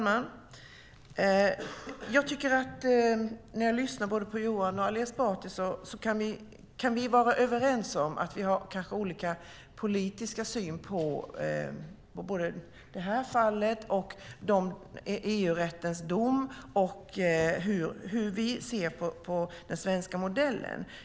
Herr talman! När jag lyssnar på Johan Andersson och Ali Esbati tycker jag att vi kan vara överens om att vi kanske har olika politisk syn både på det här fallet, EU-rättens dom och hur vi ser på den svenska modellen.